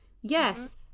Yes